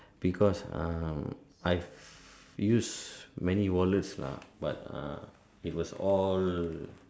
because uh I've used many wallets lah but ah it was all